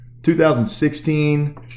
2016